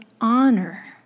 honor